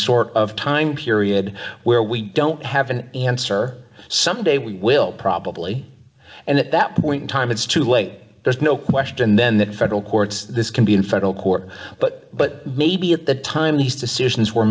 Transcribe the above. sort of time period where we don't have an answer someday we will probably and at that point in time it's too late there's no question then that federal courts this can be in federal court but but maybe at the time he's decisions were